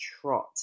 trot